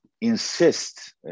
insist